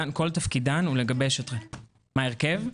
כל תפקידן- - מה הרכבן?